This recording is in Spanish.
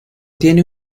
tiene